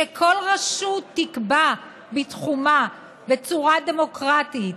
שכל רשות תקבע בתחומה, בצורה דמוקרטית,